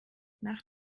nach